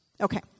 Okay